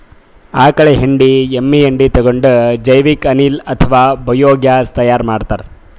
ಆಕಳ್ ಹೆಂಡಿ ಎಮ್ಮಿ ಹೆಂಡಿ ತಗೊಂಡ್ ಜೈವಿಕ್ ಅನಿಲ್ ಅಥವಾ ಬಯೋಗ್ಯಾಸ್ ತೈಯಾರ್ ಮಾಡ್ತಾರ್